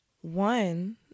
one